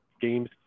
games